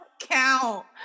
count